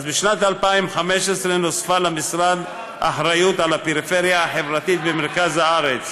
אז בשנת 2015 נוספה למשרד אחריות על הפריפריה החברתית במרכז הארץ,